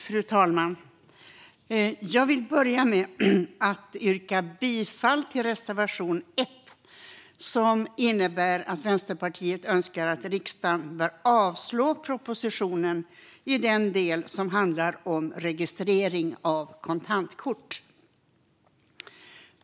Fru talman! Jag vill börja med att yrka bifall till reservation 1, som innebär att Vänsterpartiet önskar att riksdagen ska avslå propositionen i den del som handlar om registrering av kontantkort.